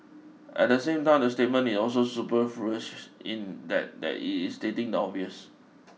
at the same time the statement is also superfluous in that that it is stating the obvious